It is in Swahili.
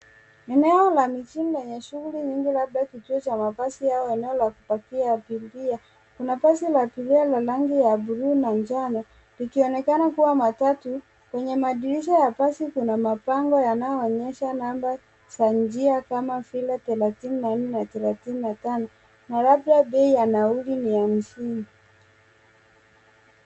Eneo la mijini lenye shughuli nyingi labda kituo cha mabasi yanalo pakia na kuingia kuna basi la abiria Lililo na rangi ya blue na njano likionekana kuwa matatu kwenye madirisha ya basi kuna mapango yanaonyesha namba za njia kama vile thelatini na nne na thelatini na tano na labda bei ya nauli ni ya msingi.